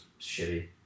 shitty